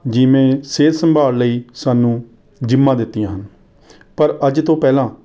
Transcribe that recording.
ਜਿਵੇਂ ਸਿਹਤ ਸੰਭਾਲ ਲਈ ਸਾਨੂੰ ਜਿੰਮਾਂ ਦਿੱਤੀਆਂ ਪਰ ਅੱਜ ਤੋਂ ਪਹਿਲਾਂ